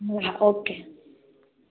ए हा ओके